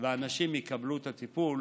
והאנשים יקבלו את הטיפול